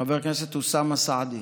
חבר הכנסת אוסאמה סעדי,